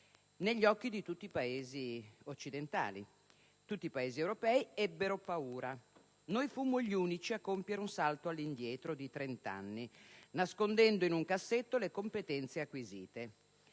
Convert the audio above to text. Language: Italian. negli occhi di tutti Paesi occidentali. Tutti i Paesi europei ebbero paura, ma noi fummo gli unici a compiere un salto indietro di 30 anni, nascondendo in un cassetto le competenze acquisite.